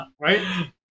right